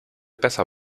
besser